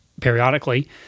periodically